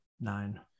nine